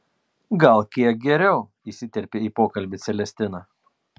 gal kiek geriau įsiterpė į pokalbį celestina